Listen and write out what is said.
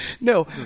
No